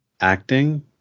acting